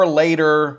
later